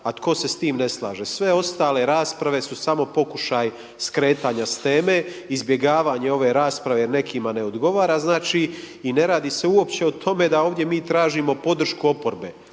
a tko se s tim ne slaže. Sve ostale rasprave su samo pokušaj skretanja s teme, izbjegavanje ove rasprave jer nekima ne odgovara i ne radi se uopće o tome da ovdje mi tražimo podršku oporbe.